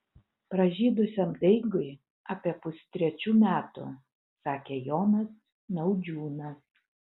pražydusiam daigui apie pustrečių metų sakė jonas naudžiūnas